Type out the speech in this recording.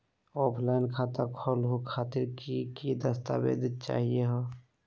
Offline खाता खोलहु खातिर की की दस्तावेज चाहीयो हो?